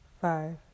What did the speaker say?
five